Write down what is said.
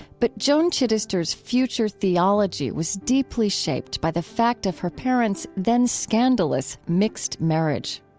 but joan chittister's future theology was deeply shaped by the fact of her parents' then-scandalous mixed marriage